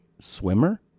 swimmer